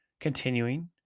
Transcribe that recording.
continuing